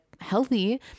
healthy